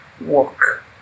work